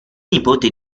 nipote